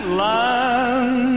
land